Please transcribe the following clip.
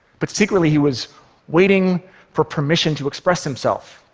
but secretly he was waiting for permission to express himself,